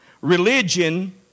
religion